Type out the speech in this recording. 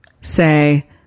say